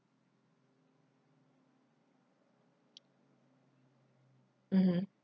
mmhmm